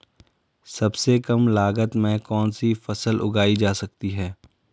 सबसे कम लागत में कौन सी फसल उगाई जा सकती है